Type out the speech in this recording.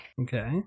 Okay